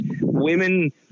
Women